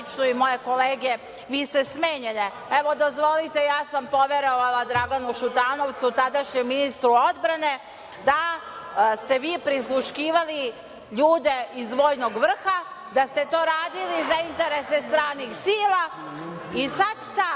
i moje kolege, vi ste smenjeni. Evo, dozvolite, ja sam poverovala Draganu Šutanovcu, tadašnjem ministru odbrane, da ste vi prisluškivali ljude iz vojnog vrha, da ste to radili za interese stranih sila i sada ta